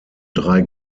drei